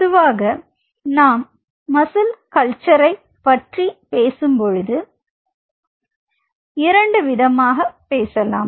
பொதுவாக நாம் மசில் கல்ச்சரை பற்றி பேசும் பொழுது இரண்டு விதமாக பேசலாம்